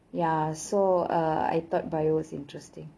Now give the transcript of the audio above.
ya so err I thought biology was interesting